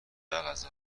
غذا